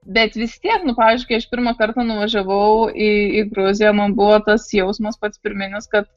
bet vis tiek nu pavyzdžiui kai aš pirmą kartą nuvažiavau į į gruziją man buvo tas jausmas pats pirminis kad